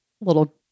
little